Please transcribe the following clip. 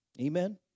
amen